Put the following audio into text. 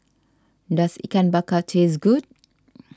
does Ikan Bakar taste good